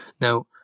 Now